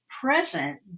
present